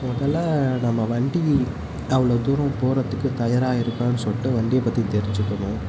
முதல்ல நம்ம வண்டி அவ்வளோ தூரம் போகறதுக்கு தயாராக இருக்கணுன்னு சொல்லிட்டு வண்டியப் பற்றி தெரிஞ்சிக்கணும்